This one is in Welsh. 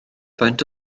faint